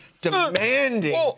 demanding